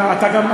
אתה גם,